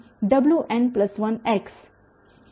wn1